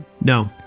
No